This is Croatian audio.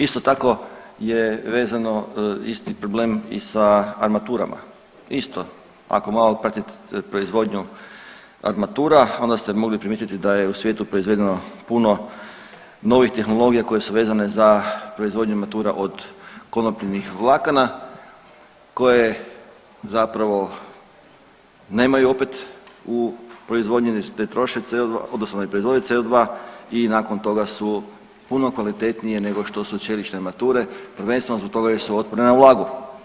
Isto tako je vezano isti problem i sa armaturama, isto, ako malo pratite proizvodnju armatura, onda ste mogli primijetiti da je u svijetu proizvedeno puno novih tehnologija koje su vezane za proizvodnju armatura od konopljinih vlakana koje zapravo nemaju opet u proizvodnji, ne troše CO2, odnosno ne proizvode CO2 i nakon toga su puno kvalitetnije nego što su čelične armature, prvenstveno zbog toga što su otporne na vlagu.